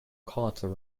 carter